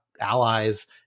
allies